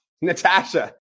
Natasha